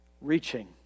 reaching